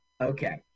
Okay